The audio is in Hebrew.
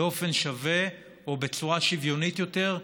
באופן שווה או בצורה שוויונית יותר,